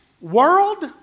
world